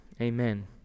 amen